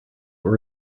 were